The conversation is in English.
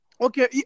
Okay